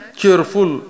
cheerful